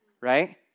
Right